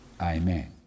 Amen